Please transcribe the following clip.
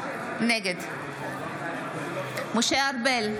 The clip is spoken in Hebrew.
נגד משה ארבל,